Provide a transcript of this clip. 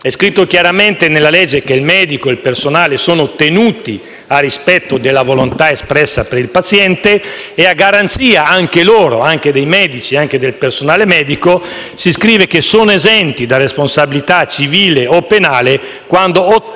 È scritto chiaramente nella legge che il medico e il personale sono tenuti al rispetto della volontà espressa dal paziente e, a garanzia anche dei medici e del personale medico, si scrive che sono esenti da responsabilità civile o penale quando ottemperano